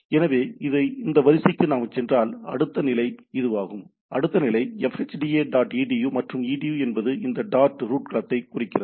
எனவே இந்த வரிசைக்கு நாம் சென்றால் அடுத்த நிலை இதுவாகும் அடுத்த நிலை "fhda dot edu" மற்றும் edu என்பது இந்த dot ரூட் களத்தைக் குறிக்கிறது